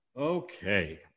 okay